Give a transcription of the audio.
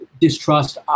distrust